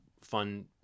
fun